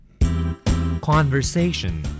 Conversation